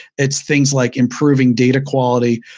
it's things like improving data quality.